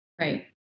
Right